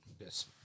Yes